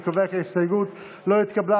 אני קובע כי ההסתייגות לא התקבלה.